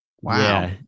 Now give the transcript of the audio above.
wow